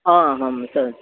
आम् सः